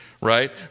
right